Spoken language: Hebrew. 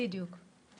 בדיוק.